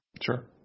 Sure